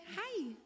Hi